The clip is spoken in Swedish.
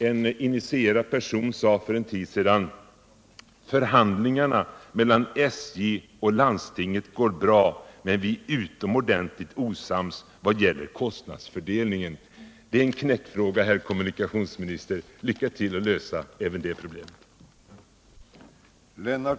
En initierad person sade för en tid sedan: Förhandlingarna mellan SJ och landstinget går bra, men vi är utomordentligt osams vad gäller kostnadsfördelningen. Det är en knäckfråga, herr kommunikationsminister. Lycka till med att lösa även det problemet!